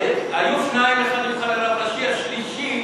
היו שניים, אחד נבחר לרב ראשי, השלישי